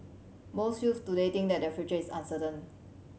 most youths today think that their future is uncertain